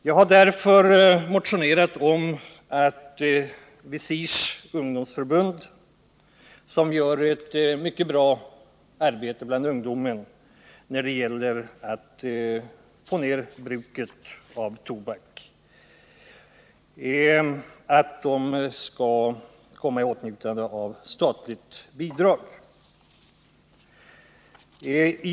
Jag har därför motionerat om att VISIR:s ungdomsförbund, som gör ett mycket bra arbete bland ungdomen när det gäller att minska bruket av tobak, skall komma i åtnjutande av statligt bidrag.